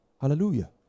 Hallelujah